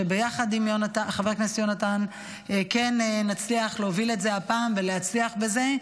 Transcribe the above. שביחד עם חבר הכנסת יונתן כן נצליח להוביל את זה הפעם ולהצליח בזה,